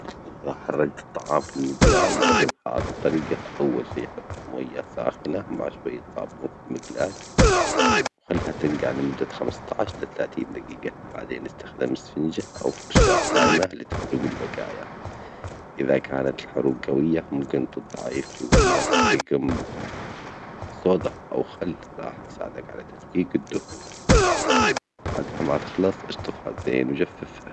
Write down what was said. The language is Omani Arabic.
إذا إحترق طعام في المقلاي، جرب هذه الطريجة: أول شئ حط ماء ساخنة مع شوية صابون في المجلاة وخليها تنجع لمدة خمسة عشر إلى ثلاثين دجيجة، بعدين استخدم إسفنجة أو فرشاة ناعمة لتفرج البقايا، إذا كانت الحروق جوية، ممكن تنجعيها شوية في كم صودا أوخل راح يساعدك على تفكيك الدهون، بعد ما تخلص، أشطفها زين وجففها.